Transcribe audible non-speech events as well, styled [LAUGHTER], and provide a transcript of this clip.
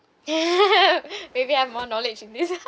[LAUGHS] maybe I have more knowledge in this